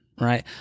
Right